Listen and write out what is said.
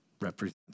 represents